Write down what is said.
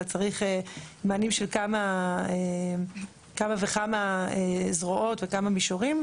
אלא צריך מענים של כמה וכמה זרועות וכמה מישורים,